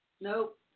Nope